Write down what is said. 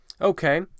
Okay